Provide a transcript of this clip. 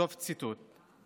סוף ציטוט.